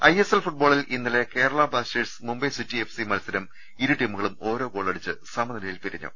I S L ഫുട്ബോളിൽ ഇന്നലെ Kerala Blasters Mumbai city F C മത്സരം ഇരുടീമുകളും ഓരോ ഗോളടിച്ച് സമനി ലയിൽ പിരിഞ്ഞു